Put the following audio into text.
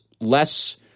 less